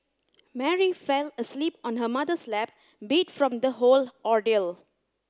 Mary fell asleep on her mother's lap beat from the whole ordeal